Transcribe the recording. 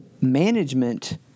management